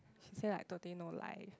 she say like totally no life